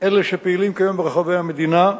אלה שפעילים כיום ברחבי המדינה,